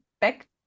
back